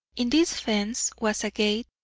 in this fence was a gate,